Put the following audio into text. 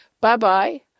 Bye-bye